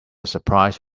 surprise